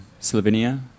Slovenia